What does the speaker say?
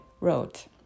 wrote